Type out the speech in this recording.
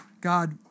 God